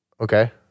Okay